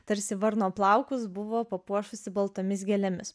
tarsi varno plaukus buvo papuošusi baltomis gėlėmis